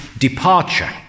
departure